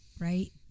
right